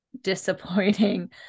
disappointing